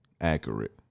accurate